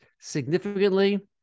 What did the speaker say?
significantly